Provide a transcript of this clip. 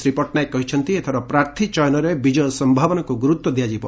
ଶ୍ରୀପଟ୍ଟନାୟକ କହିଛନ୍ତି ଏଥର ପ୍ରାର୍ଥୀ ଚୟନରେ ବିଜୟ ସ୍ୟାବନାକୁ ଗୁରୁତ୍ ଦିଆଯିବ